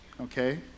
okay